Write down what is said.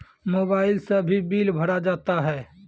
Mobile से भी bill भरा जाता हैं?